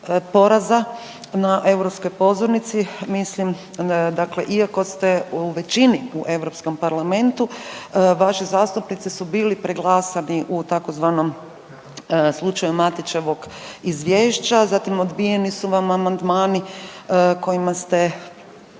na europskoj pozornici. Mislim dakle, iako ste u većini u EU parlamentu, vaši zastupnici su bili preglasani, u tzv. slučaju Matićevog izvješća, zatim, odbijeni su vam amandmani kojima ste,